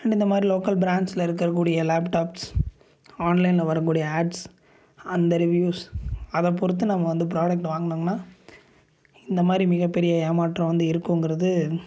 and இந்த மாதிரி local பிராண்ட்ஸில் இருக்கக்கூடிய லேப்டாப்ஸ் ஆன்லைனில் வரக்கூடிய ஆட்ஸ் அந்த ரிவ்யூஸ் அதை பொறுத்து நம்ம வந்து ப்ரோடக்ட் வாங்குனோங்கனா இந்த மாதிரி மிகப்பெரிய ஏமாற்றம் வந்து இருக்குங்கிறது